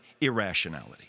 irrationality